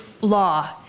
law